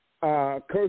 Coach